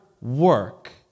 work